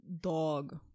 dog